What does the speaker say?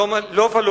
לובה,